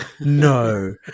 no